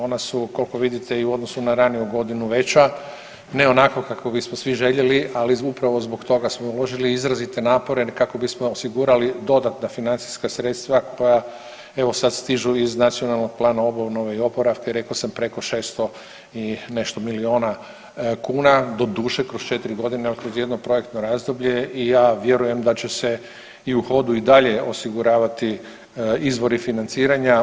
Ona su koliko vidite i u odnosu na raniju godinu veća, ne onako kako bismo svi željeli, ali upravo zbog toga smo uložili izrazite napore kako bismo osigurali dodatna financijska sredstva koja evo sad stižu iz NPOO-a i rekao sam preko 600 i nešto milijuna kuna, doduše kroz 4.g., al kroz jedno projektno razdoblje i ja vjerujem da će se u hodu i dalje osiguravati izvori financiranja.